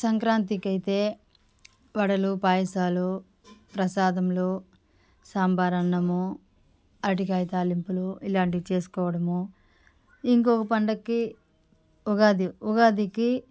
సంక్రాంతికి అయితే వడలు పాయసాలు ప్రసాదములు సాంబారన్నము అరటికాయ తాలింపులు ఇలాంటివి చేసుకోవడము ఇంకొక పండక్కి ఉగాది ఉగాదికి